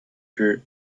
her